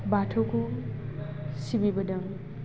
बाथौखौ सिबिबोदों